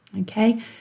Okay